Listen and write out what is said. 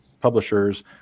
publishers